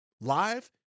live